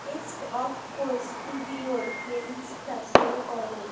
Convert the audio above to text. best of Coke স্টুডিওর প্লেলিস্টটা শুরু করো